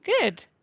Good